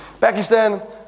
pakistan